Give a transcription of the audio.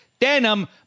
Denim